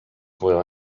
pourrai